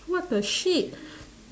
what the shit